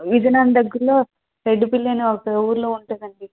విజయనగరం దగ్గరలో తెడ్దుపిల్లి అనే ఒక ఊరులో ఉంటాదండి